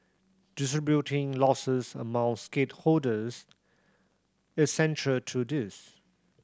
distributing losses among stakeholders is central to this